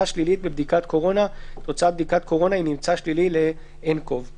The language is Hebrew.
שלילית בבדיקת קורונה" תוצאת בדיקת קורונה עם ממצא שלילי ל nCov;".